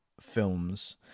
films